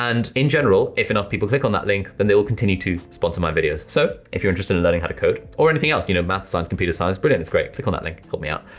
and in general, if enough people click on that link, then they will continue to sponsor my videos. so, if you're interested in learning how to code or anything else, you know, maths, science, computer science, brilliant is great, click on that link, help me out.